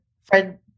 Fred